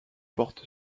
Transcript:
porte